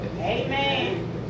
Amen